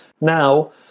Now